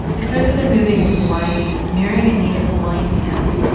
it starts with her moving to hawaii and marrying a native hawaiian man,